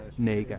name